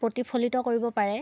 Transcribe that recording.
প্ৰতিফলিত কৰিব পাৰে